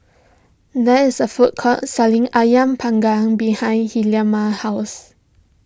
there is a food court selling Ayam Panggang behind Hilma's house